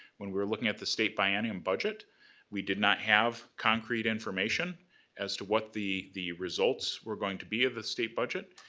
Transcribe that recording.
when we're looking at the state bi-annual budget we did not have concrete information as to what the the results were going to be of the state budget.